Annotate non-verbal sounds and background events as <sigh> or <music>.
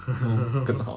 <laughs>